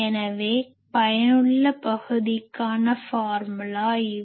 எனவே பயனுள்ள பகுதிக்கான ஃபார்முலா formula சூத்திரம் இது